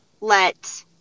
let